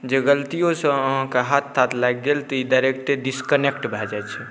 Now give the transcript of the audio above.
जे गलतिओसँ अहाँके हाथ ताथ लागि गेल तऽ ई डाइरेक्टे डिस्कनेक्ट भऽ जाइ छै